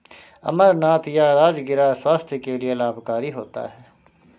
अमरनाथ या राजगिरा स्वास्थ्य के लिए लाभकारी होता है